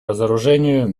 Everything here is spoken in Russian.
разоружению